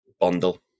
bundle